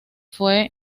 fue